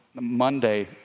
Monday